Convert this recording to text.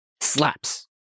slaps